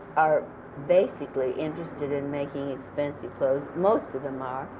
are basically interested in making expensive clothes, most of them are,